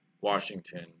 Washington